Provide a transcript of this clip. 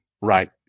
Right